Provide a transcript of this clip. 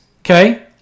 okay